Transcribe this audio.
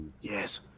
Yes